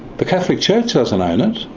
the catholic church doesn't and